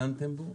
דנתם בו,